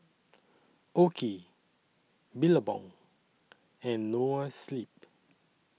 OKI Billabong and Noa Sleep